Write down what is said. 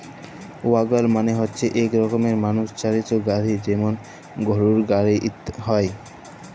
ওয়াগল মালে হচ্যে ইক রকমের মালুষ চালিত গাড়হি যেমল গরহুর গাড়হি হয়